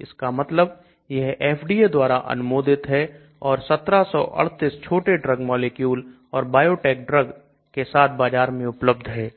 इसका मतलब यह FDA द्वारा अनुमोदित है और 1738 छोटे ड्रग मॉलिक्यूल और बायोटेक ड्रग के साथ बाजार में उपलब्ध है